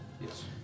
Yes